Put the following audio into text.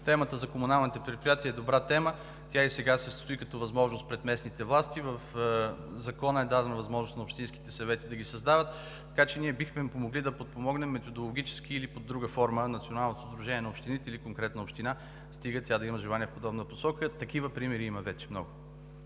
Темата за комуналните предприятия е добра тема. Тя и сега стои като възможност пред местните власти. В Закона е дадена възможност на общинските съвети да ги създават, така че ние бихме могли да подпомогнем методологически или под друга форма Националното сдружение на общините или конкретна община, стига тя да има желание в подобна посока. Такива примери има вече много.